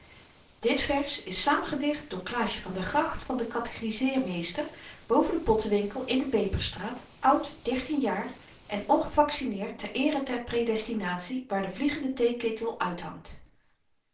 dit vers is saamgedicht door klaasje van der gracht van den katechiseermeester boven den pottenwinkel in de peperstraat oud dertien jaar en ongevaccineerd ter eere der predestinatie waar de vliegende theeketel uithangt